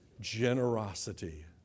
generosity